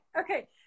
Okay